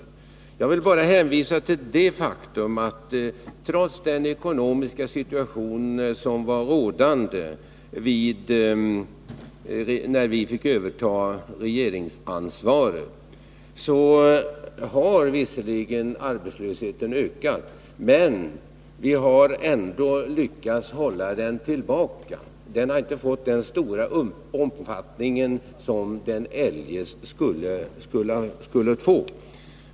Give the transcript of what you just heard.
Visserligen har arbetslösheten ökat, men jag vill hänvisa till det faktum att trots den ekonomiska situation som var rådande när vi fick överta regeringsansvaret har vi ändå lyckats hålla arbetslösheten tillbaka. Den har inte fått den stora omfattning som den eljest skulle ha fått.